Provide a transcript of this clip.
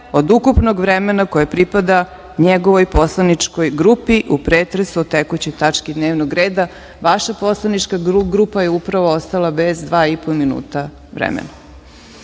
od ukupnog vremena koje pripada njegovoj poslaničkoj grupu u pretresu tekuće tačke dnevnog reda. Vaša poslanička grupa je upravo ostala bez dva i po minuta